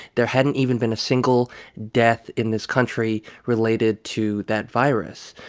there hadn't even been a single death in this country related to that virus.